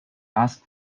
asked